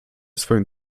swoim